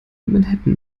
manhattan